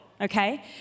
Okay